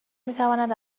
میتواند